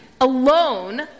alone